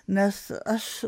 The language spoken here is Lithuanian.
nes aš